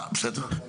אה, בסדר.